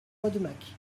rodemack